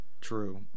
True